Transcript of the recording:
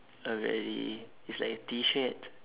a very is like a T-shirt